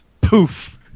Poof